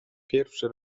pierwszy